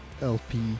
LP